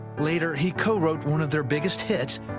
later he co-wrote one of their biggest hits,